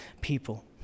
people